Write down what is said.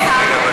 למה את לא רוצה?